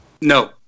No